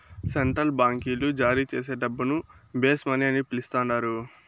central బాంకీలు జారీచేసే డబ్బును బేస్ మనీ అని పిలస్తండారు